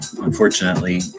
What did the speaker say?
unfortunately